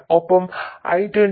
ഒപ്പം I20 Δ I2